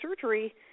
surgery